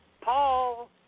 Paul